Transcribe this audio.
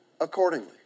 accordingly